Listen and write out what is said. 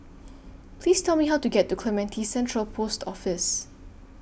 Please Tell Me How to get to Clementi Central Post Office